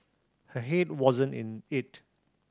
her head wasn't in it